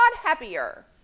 happier